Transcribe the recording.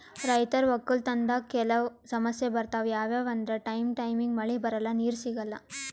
ರೈತರ್ ವಕ್ಕಲತನ್ದಾಗ್ ಕೆಲವ್ ಸಮಸ್ಯ ಬರ್ತವ್ ಯಾವ್ಯಾವ್ ಅಂದ್ರ ಟೈಮ್ ಟೈಮಿಗ್ ಮಳಿ ಬರಲ್ಲಾ ನೀರ್ ಸಿಗಲ್ಲಾ